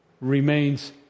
Remains